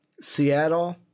Seattle